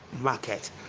market